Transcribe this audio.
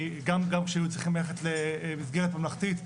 גם כשהם היו צריכים ללכת למסגרת ממלכתית,